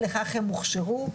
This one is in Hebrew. לכך הם הוכשרו.